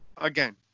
again